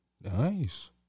nice